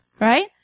right